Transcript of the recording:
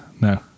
No